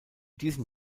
diesem